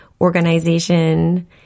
Organization